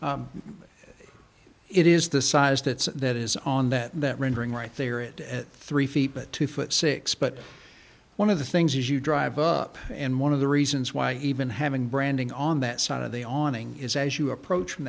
six it is the size that that is on that and that rendering right there it at three feet but two foot six but one of the things as you drive up and one of the reasons why even having branding on that side of the awning is as you approach from